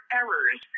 errors